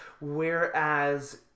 whereas